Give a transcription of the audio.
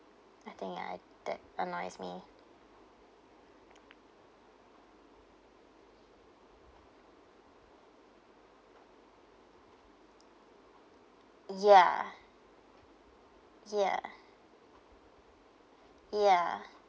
I think ah that annoys me ya ya ya